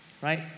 right